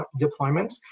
deployments